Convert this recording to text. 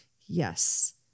Yes